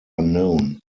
unknown